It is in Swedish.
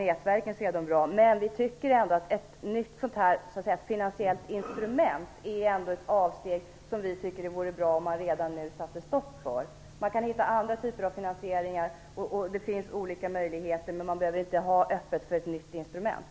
Nätverken är bra, men vi tycker att ett nytt finansiellt instrument är ett avsteg som det vore bra om man redan nu satte stopp för. Man kan hitta andra typer av finansieringar. Det finns olika möjligheter. Man behöver inte ha öppet för ett nytt instrument.